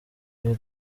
iyo